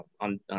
on